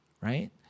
right